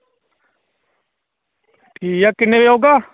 ठीक ऐ किन्ने बजे औगा